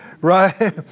right